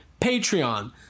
Patreon